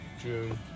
June